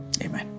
Amen